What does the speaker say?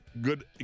Good